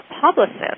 publicist